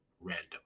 random